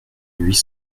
huit